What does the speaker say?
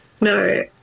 No